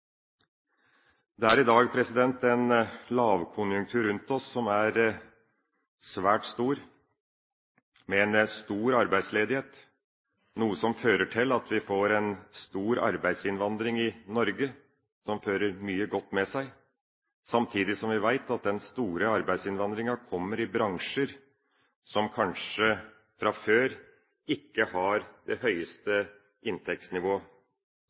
Det er i dag en lavkonjunktur rundt oss som er svært stor, med en stor arbeidsledighet, noe som fører til at vi får en stor arbeidsinnvandring til Norge, som fører mye godt med seg, samtidig som vi vet at den store arbeidsinnvandringa kommer i bransjer som kanskje fra før ikke har det høyeste inntektsnivået.